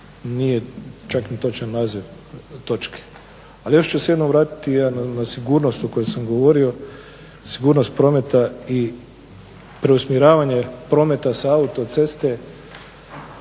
nije čak ni točan naziv točke. Ali još ću se jednom vratiti ja na sigurnost o kojoj sam govorio, sigurnost prometa i preusmjeravanje prometa sa autoceste